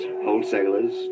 wholesalers